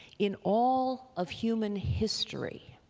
in all of human history